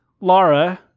Laura